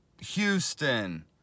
Houston